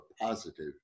positive